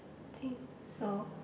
think so